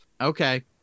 Okay